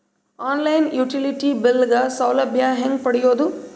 On line utility bill ಗ ಸೌಲಭ್ಯ ಹೇಂಗ ಪಡೆಯೋದು?